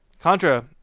Contra